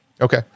Okay